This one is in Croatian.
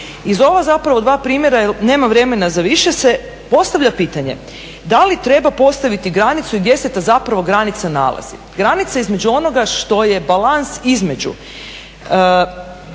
Iz ova zapravo dva primjera, jer nema vremena za više se postavlja pitanje da li treba postaviti granicu i gdje se ta zapravo granica nalazi. Granica između ono što je balans između